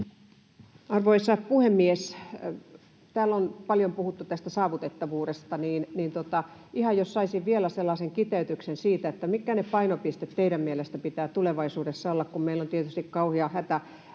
Arvoisa puhemies! Kun täällä on paljon puhuttu tästä saavutettavuudesta, niin ihan jos saisin vielä sellaisen kiteytyksen siitä, mitkä niiden painopisteiden teidän mielestänne pitää tulevaisuudessa olla, kun meillä on tietysti kauhea hätä